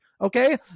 Okay